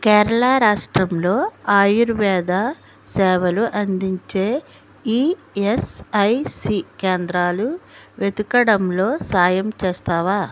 కేరళ రాష్ట్రంలో ఆయుర్వేద సేవలు అందించే ఈఎస్ఐసి కేంద్రాలు వెతుకడంలో సాయం చేస్తావా